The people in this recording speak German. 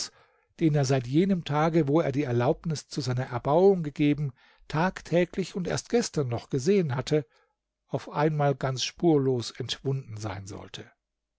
den er seit jenem tage wo er die erlaubnis zu seiner erbauung gegeben tagtäglich und erst gestern noch gesehen hatte auf einmal ganz spurlos entschwunden sein solle